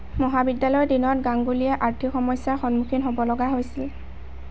মহাবিদ্যালয়ৰ দিনত গাংগুলীয়ে আৰ্থিক সমস্যাৰ সন্মুখীন হ'ব লগা হৈছিল